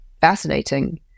fascinating